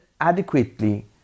adequately